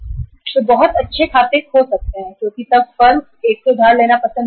वह बहुत अच्छे खातों को खो सकते हैं क्योंकि फर्म उस बैंक से मान लीजिए X बैंक से उधार लेना पसंद नहीं करेगी